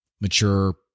mature